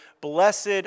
Blessed